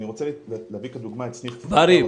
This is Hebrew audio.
ברי,